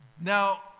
now